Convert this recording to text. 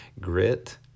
Grit